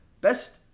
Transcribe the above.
Best